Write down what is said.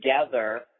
together